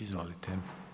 Izvolite.